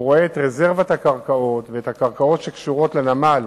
ורואה את רזרבת הקרקעות ואת הקרקעות שקשורות לנמל